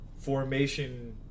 formation